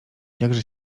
jakże